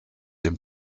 dem